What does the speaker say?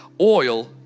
oil